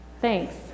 Thanks